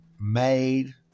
made